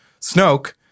Snoke